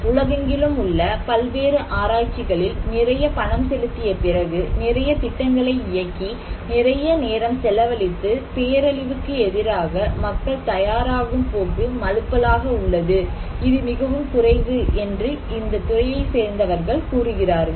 உலகெங்கிலும் உள்ள பல்வேறு ஆராய்ச்சிகளில் நிறைய பணம் செலுத்திய பிறகு நிறைய திட்டங்களை இயக்கி நிறைய நேரம் செலவழித்து பேரழிவிற்கு எதிராக மக்கள் தயாராகும் போக்கு மழுப்பலாக உள்ளது இது மிகவும் குறைவு என்று இந்த துறையைச் சேர்ந்தவர்கள் கூறுகிறார்கள்